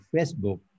Facebook